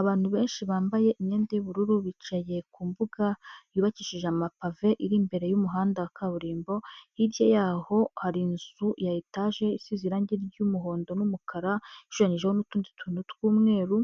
Abantu benshi bambaye imyenda y'ubururu bicaye ku mbuga yubakishije amapave iri imbere y'umuhanda wa kaburimbo, hirya y'aho hari inzu ya etaje isize irangi ry'muhondo n'umukara ishushanyajeho n'utundi tuntu tw'umweru,